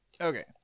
Okay